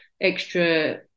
extra